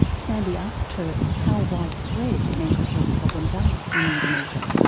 sandy asked her how widespread mental health problems are in indonesia.